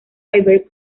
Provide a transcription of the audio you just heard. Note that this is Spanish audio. river